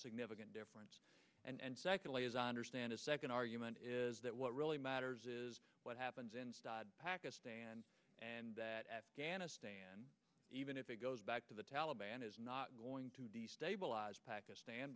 significant difference and secondly as i understand a second argument is that what really matters is what happens in pakistan and that afghanistan even if it goes back to the taliban is not going to stabilize pakistan